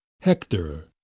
Hector